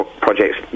projects